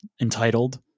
entitled